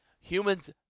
humans